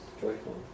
joyful